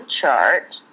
chart